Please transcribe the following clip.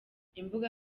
imbuga